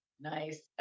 Nice